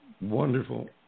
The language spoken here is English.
wonderful